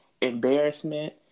embarrassment